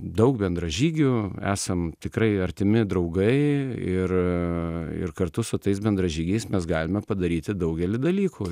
daug bendražygių esam tikrai artimi draugai ir ir kartu su tais bendražygiais mes galime padaryti daugelį dalykų